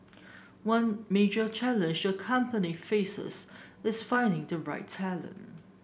one major challenge the company faces is finding the right talent